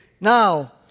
Now